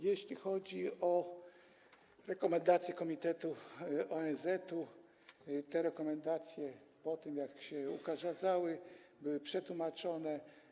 Jeśli chodzi o rekomendacje komitetu ONZ, to te rekomendacje po tym, jak się ukazały, były przetłumaczone.